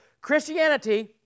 Christianity